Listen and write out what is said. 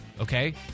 okay